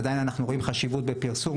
עדיין אנחנו רואים חשיבות בפרסום,